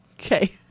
Okay